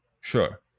sure